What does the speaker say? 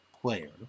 player